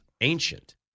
ancient